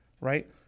right